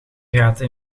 gaten